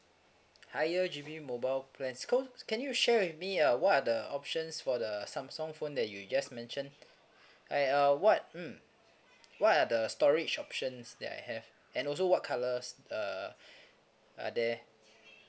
higher G B mobile plans co~ can you share with me uh what are the options for the samsung phone that you just mentioned I uh what mm what are the storage options that I have and also what colours uh are there